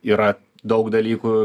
yra daug dalykų